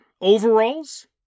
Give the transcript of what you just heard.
overalls